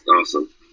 awesome